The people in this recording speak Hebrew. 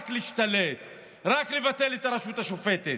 רק להשתלט, רק לבטל את הרשות השופטת.